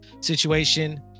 situation